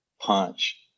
punch